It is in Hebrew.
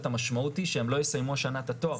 המשמעות היא שהם לא יסיימו השנה את התואר.